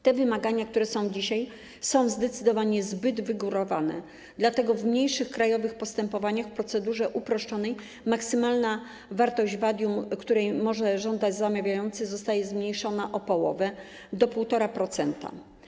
Te wymagania, które są dzisiaj, są zdecydowanie zbyt wygórowane, dlatego w mniejszych krajowych postępowaniach w procedurze uproszczonej maksymalna wartość wadium, której może żądać zamawiający, zostaje zmniejszona o połowę - do 1,5%.